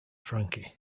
frankie